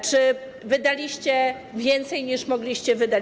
Czy wydaliście więcej, niż mogliście wydać?